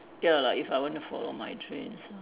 ya lah if I want to follow my dreams